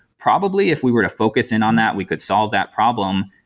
probably if we were to focus in on that, we could solve that problem,